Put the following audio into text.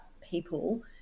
people